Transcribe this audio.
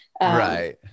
right